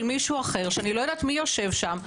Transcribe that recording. מישהו אחר שאני לא יודעת מי יושב שם,